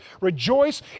rejoice